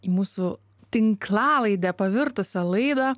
į mūsų tinklalaidę pavirtusią laidą